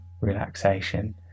relaxation